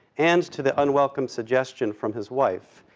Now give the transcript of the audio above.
and to the unwelcome suggestion from his wife,